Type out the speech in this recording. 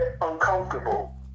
uncomfortable